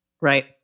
Right